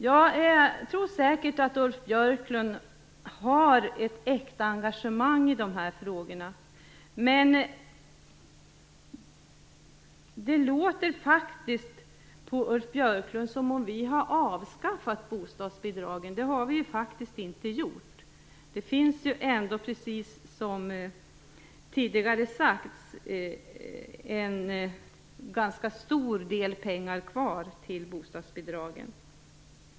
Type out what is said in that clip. Jag tror säkert att Ulf Björklund har ett äkta engagemang i de här frågorna, men det låter på honom som om vi hade avskaffat bostadsbidragen. Det har vi inte gjort. Det finns ändå, som tidigare sagts, en ganska stor del pengar kvar till bostadsbidragen.